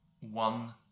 one